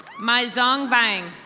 mai zong bang.